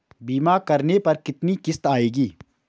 बीमा करने पर कितनी किश्त आएगी?